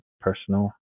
personal